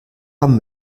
hamm